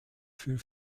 für